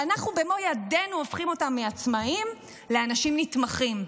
ואנחנו במו ידינו הופכים אותם מעצמאים לאנשים נתמכים.